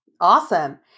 Awesome